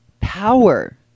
power